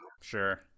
Sure